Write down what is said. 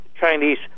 chinese